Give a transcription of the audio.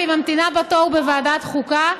והיא ממתינה בתור בוועדת החוקה.